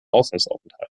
auslandsaufenthalt